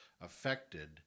affected